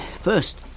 first